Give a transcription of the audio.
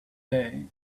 day